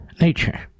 Nature